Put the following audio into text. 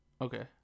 Okay